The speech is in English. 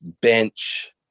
bench